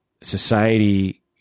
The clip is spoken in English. society